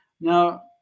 Now